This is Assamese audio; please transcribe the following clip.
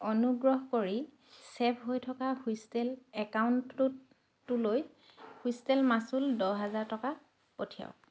অনুগ্ৰহ কৰি ছে'ভ হৈ থকা হুইষ্টেল একাউণ্টটোত টোলৈ হুইষ্টেল মাচুল দহ হেজাৰ টকা পঠিয়াওক